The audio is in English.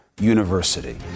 University